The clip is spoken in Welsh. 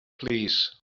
plîs